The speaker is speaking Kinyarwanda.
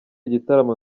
gitaramo